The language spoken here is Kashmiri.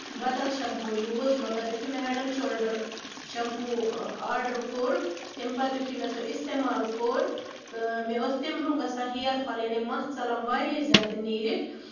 بدل شَیمپوٗ یوٗز مَگر یُتھُے مےٚ Head and Shoulder shampoo order کوٚر تَمہِ پَتہٕ یِتھُے مےٚ سُہ اِستعمال کوٚر تہٕ مےٚ ٲس تَمہِ برونہہ گژھان ہِیر فال یعنی مَس ژَلان واریاہ زیادٕ نیٖرِتھ